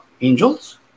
angels